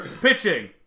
Pitching